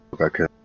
okay